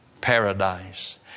paradise